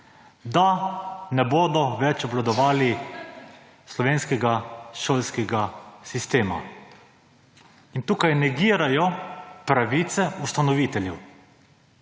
da ne bodo več obvladovali slovenskega šolskega sistema in tukaj negirajo pravice ustanoviteljev.